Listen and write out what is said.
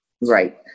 Right